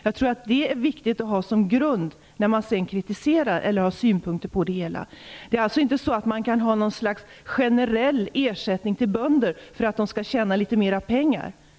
Jag tror att det är viktigt att ha som grund när man har synpunkter på det hela. Det är alltså inte så att man skall ha ett slags generell ersättning till bönder för att de skall tjäna litet pengar.